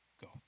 go